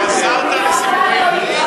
חזרת לסיפורי ילדים.